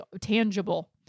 tangible